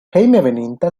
hejmenveninta